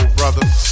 brothers